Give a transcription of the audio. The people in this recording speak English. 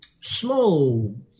small